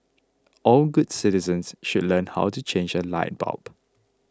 all good citizens should learn how to change a light bulb